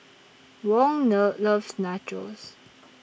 Wong Love loves Nachos